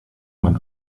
man